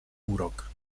urok